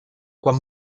quan